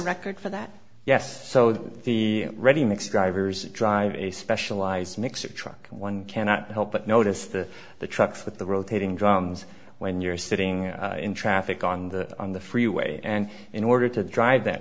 record for that yes so that the ready mix drivers drive a specialized mixer truck one cannot help but notice the the trucks with the rotating drums when you're sitting in traffic on the on the freeway and in order to drive that